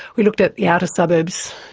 we looked at the outer suburbs,